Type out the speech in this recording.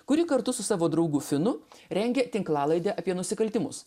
kuri kartu su savo draugu finu rengia tinklalaidę apie nusikaltimus